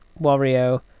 Wario